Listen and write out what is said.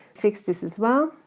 fix this as well.